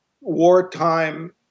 wartime